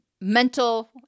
mental